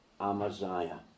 Amaziah